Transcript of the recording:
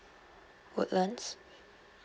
woodlands